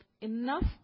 enough